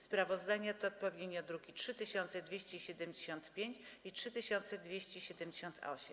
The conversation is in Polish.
Sprawozdania to odpowiednio druki nr 3275 i 3278.